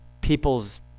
people's